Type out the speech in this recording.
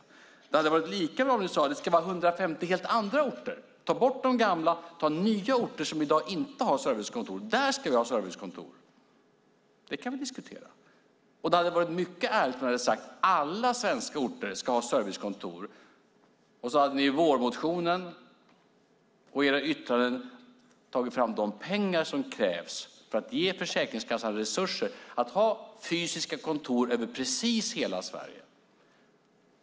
Lika bra hade det varit om ni sagt att det ska vara 150 helt andra orter, att man ska ta bort servicekontoren på de gamla orterna och ha dem på nya orter som i dag inte har servicekontor. Det hade vi kunnat diskutera. Det hade varit mycket ärligare om ni hade sagt att alla svenska orter ska ha servicekontor och sedan i vårmotionen och i era yttranden tagit fram de pengar som krävs för att ge Försäkringskassan resurser att ha fysiska kontor över precis hela Sverige.